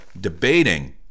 debating